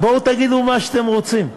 בואו תגידו מה שאתם רוצים.